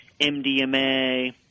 MDMA